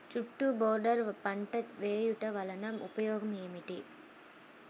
చుట్టూ బోర్డర్ పంట వేయుట వలన ఉపయోగం ఏమిటి?